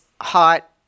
hot